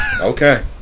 Okay